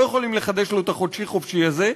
יכולים לחדש לו את ה"חודשי חופשי" הזה,